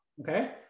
okay